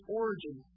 origin